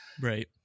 Right